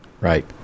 Right